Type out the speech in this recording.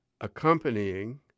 accompanying